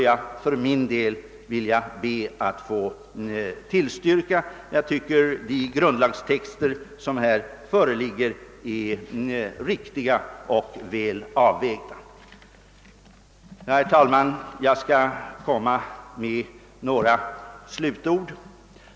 Jag vill tillstyrka alla utskottets förslag; de grundlagstexter som här föreligger anser jag är riktiga och väl avvägda.